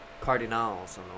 Cardinals